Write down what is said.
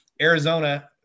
Arizona –